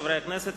חברי הכנסת,